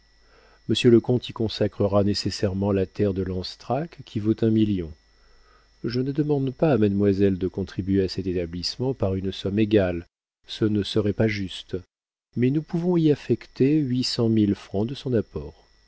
monsieur le comte y consacrera nécessairement la terre de lanstrac qui vaut un million je ne demande pas à mademoiselle de contribuer à cet établissement par une somme égale ce ne serait pas juste mais nous pouvons y affecter huit cent mille francs de son apport